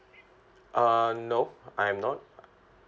err no I am not